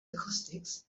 acoustics